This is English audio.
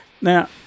Now